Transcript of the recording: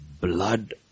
blood